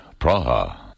Praha